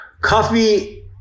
Coffee